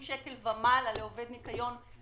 60 שקל ומעלה לעובד ניקיון.